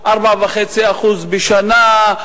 4.5% בשנה,